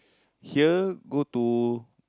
here go to